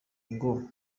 ngo